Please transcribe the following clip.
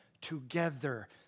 together